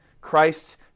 Christ